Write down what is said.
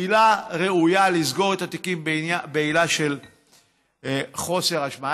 עילה שראוי לסגור את התיקים בעילה של חוסר אשמה.